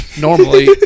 normally